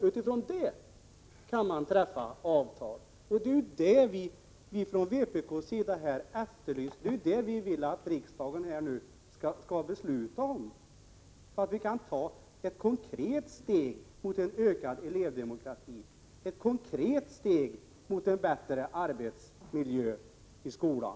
Utifrån det kan man träffa avtal, och det är detta vi vill att riksdagen skall besluta om, så att vi kan ta ett konkret steg mot ökad elevdemokrati och ett konkret steg mot en bättre arbetsmiljö i skolan.